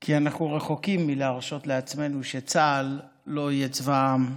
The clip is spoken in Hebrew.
כי אנחנו רחוקים מלהרשות לעצמנו שצה"ל לא יהיה צבא העם,